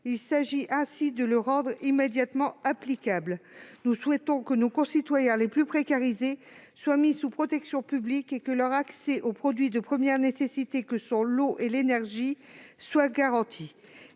Il s'agit ainsi de le rendre immédiatement applicable. Nous souhaitons que nos concitoyens les plus précarisés soient mis sous protection publique et que leur accès aux produits de première nécessité que sont l'eau et l'énergie soit garanti.